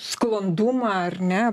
sklandumą ar ne